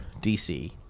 dc